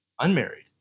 unmarried